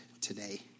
today